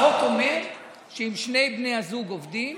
החוק אומר שאם שני בני הזוג עובדים,